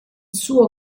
suo